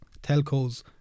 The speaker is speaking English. telcos